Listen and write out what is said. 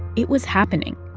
it was happening.